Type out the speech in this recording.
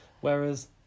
whereas